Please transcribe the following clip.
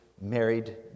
married